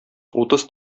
утыз